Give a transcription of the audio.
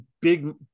big